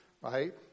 right